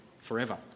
forever